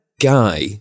guy